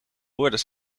woorden